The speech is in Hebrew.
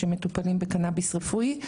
שמטופלים בקנביס רפואי.